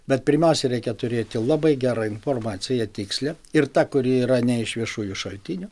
bet pirmiausia reikia turėti labai gerą informaciją tikslią ir tą kuri yra ne iš viešųjų šaltinių